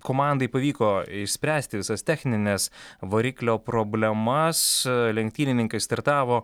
komandai pavyko išspręsti visas technines variklio problemas lenktynininkai startavo